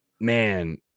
Man